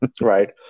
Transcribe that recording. right